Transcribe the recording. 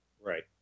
Right